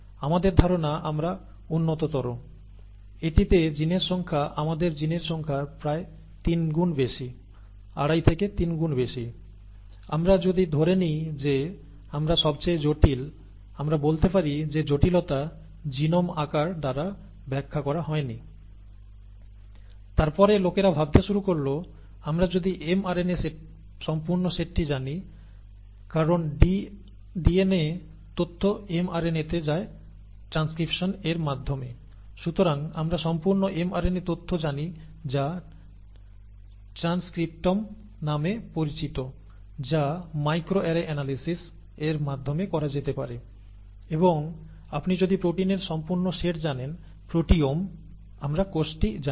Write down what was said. আমাদের ধারণা আমরা উন্নততর এটিতে জিনের সংখ্যা আমাদের জিনের সংখ্যার প্রায় 3 গুণ বেশি আড়াই থেকে 3 গুন বেশি আমরা যদি ধরে নিই যে আমরা সবচেয়ে জটিল আমরা বলতে পারি যে জটিলতা জিনোম আকার দ্বারা ব্যাখ্যা করা হয়নি তারপরে লোকেরা ভাবতে শুরু করল আমরা যদি mRNA সম্পূর্ণ সেটটি জানি কারণ DNA তথ্য mRNA তে যায় ট্রান্সক্রিপশন এর মাধ্যমে সুতরাং আমরা সম্পূর্ণ mRNA তথ্য জানি যা ট্রান্সক্রিপ্টম নামে পরিচিত যা মাইক্রো অ্যারে অ্যানালিসিস এর মাধ্যমে করা যেতে পারে এবং আপনি যদি প্রোটিনের সম্পূর্ণ সেট জানেন প্রোটিওম আমরা কোষটি জানি